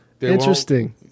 Interesting